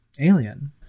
Alien